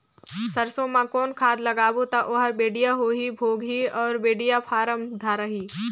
सरसो मा कौन खाद लगाबो ता ओहार बेडिया भोगही अउ बेडिया फारम धारही?